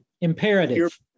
Imperative